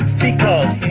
because